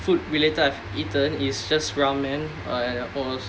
food related I've eaten is just ramen uh and of course